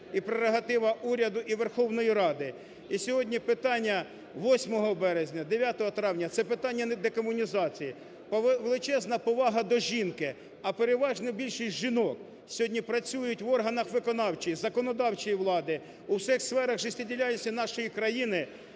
і прерогатива уряду і Верховної Ради. І сьогодні питання 8 березня, 9 травня – це питання не декомунізації. Величезна повага до жінки, а переважна більшість жінок сьогодні працюють в органах виконавчої, законодавчої влади, у всіх сферах життєдіяльності нашої країни,